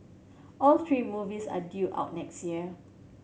all three movies are due out next year